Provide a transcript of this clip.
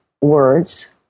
words